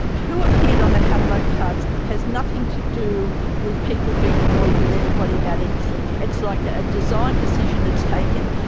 who appeared on the how-to-vote cards has nothing to do with people being annoyed with anybody about anything. it's like a design decision that's taken,